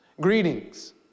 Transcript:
Greetings